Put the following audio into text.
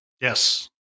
Yes